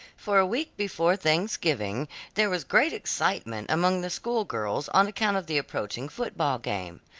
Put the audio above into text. for a week before thanksgiving there was great excitement among the schoolgirls on account of the approaching football game.